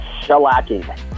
shellacking